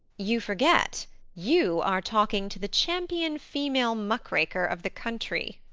you forget you are talking to the champion female muckraker of the country.